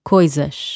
Coisas